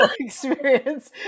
experience